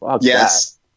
Yes